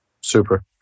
Super